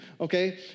Okay